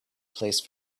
place